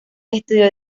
estudió